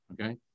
okay